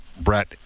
Brett